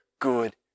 good